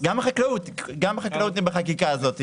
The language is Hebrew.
גם בחקלאות זה בחקיקה הזאת.